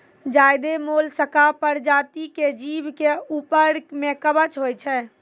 ज्यादे मोलसका परजाती के जीव के ऊपर में कवच होय छै